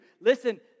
Listen